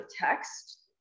text